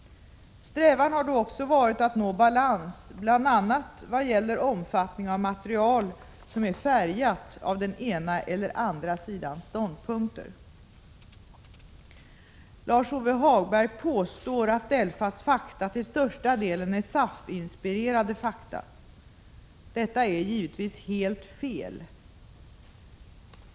Strävan har då också varit att nå balans bl.a. vad gäller omfattning av material som är färgat av den ena eller andra sidans ståndpunkter. Lars-Ove Hagberg påstår att DELFA:s fakta till största delen är SAF inspirerade fakta. Detta är givetvis helt fel.